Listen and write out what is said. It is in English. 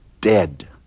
dead